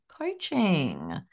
coaching